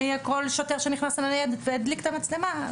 זה יהיה כל שוטר שנכנס לניידת וידליק את המצלמה.